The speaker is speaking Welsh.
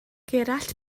gerallt